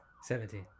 Seventeen